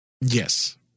Yes